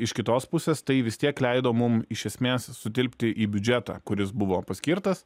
iš kitos pusės tai vis tiek leido mum iš esmės sutilpti į biudžetą kuris buvo paskirtas